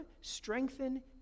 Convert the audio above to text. strengthen